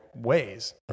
ways